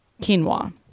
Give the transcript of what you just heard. quinoa